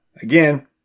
Again